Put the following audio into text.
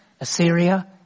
Assyria